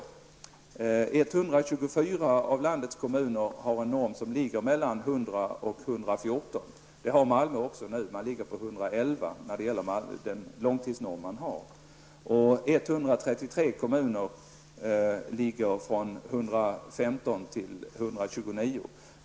I 124 av landets kommuner har man en norm som ligger mellan 100 och 114. Det har Malmö också nu; långtidsnormen ligger där på 111. I 133 kommuner ligger normen mellan 115 och 129.